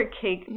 cake